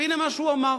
הנה מה שהוא אמר,